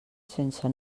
sense